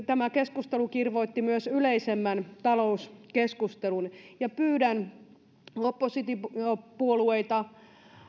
tämä keskustelu kirvoitti myös yleisemmän talouskeskustelun ja pyydän oppositiopuolueita